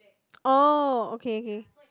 oh okay okay